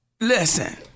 Listen